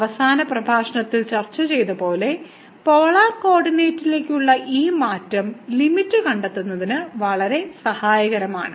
അവസാന പ്രഭാഷണത്തിൽ ചർച്ച ചെയ്തതുപോലെ പോളാർ കോർഡിനേറ്റിലേക്കുള്ള ഈ മാറ്റം ലിമിറ്റ് കണ്ടെത്തുന്നതിന് വളരെ സഹായകരമാണ്